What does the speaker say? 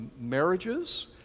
marriages